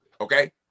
Okay